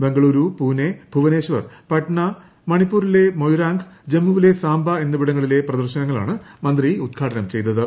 ബംഗളൂരു പൂനെ ഭുവനേശ്വർ പടന് മണിപൂരിലെ മൊയിറാംഗ് ജമ്മുവിലെ സാംബ എന്നിവിടങ്ങളിലെ പ്രദർശനങ്ങളാണ് മന്ത്രി ഉദ്ഘാടനം ചെയ്തത്